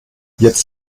jetzt